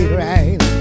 right